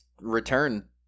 return